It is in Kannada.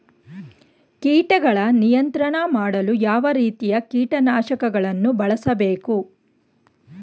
ಕೀಟಗಳ ನಿಯಂತ್ರಣ ಮಾಡಲು ಯಾವ ರೀತಿಯ ಕೀಟನಾಶಕಗಳನ್ನು ಬಳಸಬೇಕು?